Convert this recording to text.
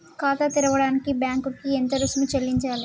ఖాతా తెరవడానికి బ్యాంక్ కి ఎంత రుసుము చెల్లించాలి?